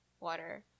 water